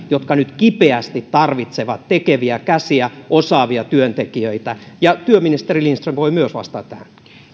jotka nyt kipeästi tarvitsevat tekeviä käsiä osaavia työntekijöitä työministeri lindström voi myös vastata tähän